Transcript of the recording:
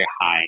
high